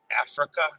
Africa